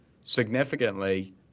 significantly